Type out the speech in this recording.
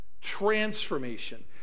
Transformation